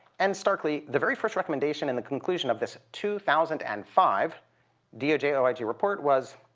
and starkly, the very first recommendation and the conclusion of this two thousand and five doj oig report was,